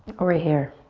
alright here